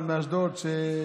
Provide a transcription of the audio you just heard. אשריך.